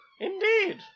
Indeed